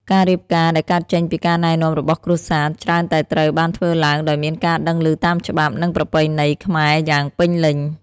ការរៀបការដែលកើតចេញពីការណែនាំរបស់គ្រួសារ ច្រើនតែត្រូវបានធ្វើឡើងដោយមានការដឹងឮតាមច្បាប់ និងប្រពៃណីខ្មែរយ៉ាងពេញលេញ។